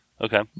Okay